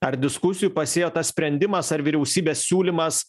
ar diskusijų pasėjo tas sprendimas ar vyriausybės siūlymas